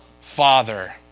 Father